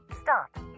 Stop